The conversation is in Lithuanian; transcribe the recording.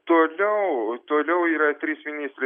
toliau toliau yra trys ministrai